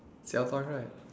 xiao-fang right